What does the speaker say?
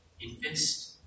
Invest